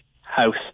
house